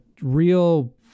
real